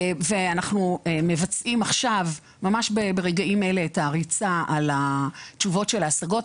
אנחנו מבצעים ממש ברגעים אלה את הריצה על התשובות של ההשגות.